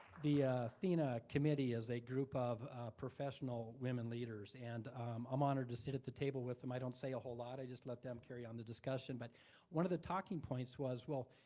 the athena committee is a group of professional women leaders and i'm honored to sit at the table with them. i don't say a whole lot, i just let them carry on the discussion. but one of the talking points was, well,